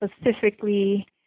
specifically